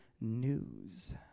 news